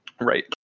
Right